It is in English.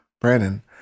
Brandon